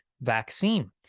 vaccine